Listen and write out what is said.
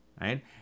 right